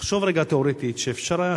תחשוב רגע תיאורטית שאפשר היה,